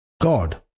God